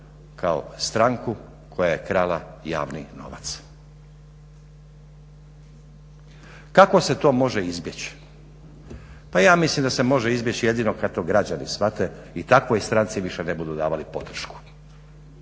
kao stranku koja je krala javni novac. Kako se to može izbjeć? Pa ja mislim da se može izbjeć jedino kad to građani shvate i takvoj stranci više ne budu davali podršku.